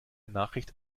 nachricht